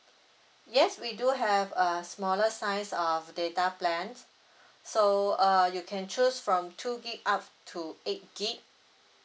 yes we do have a smaller size of data plan so uh you can choose from two gig up to eight gig